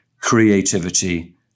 creativity